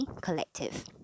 collective